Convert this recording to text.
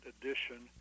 edition